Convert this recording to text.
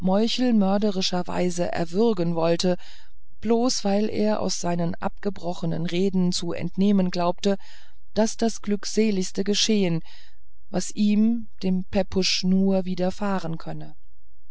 meuchelmörderischerweise erwürgen wollen bloß weil er aus seinen abgebrochenen reden zu entnehmen geglaubt daß das glückseligste geschehen was ihm dem pepusch nur widerfahren könne